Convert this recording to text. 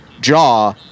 jaw